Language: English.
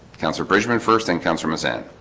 counselor bridgman first thing comes from ascend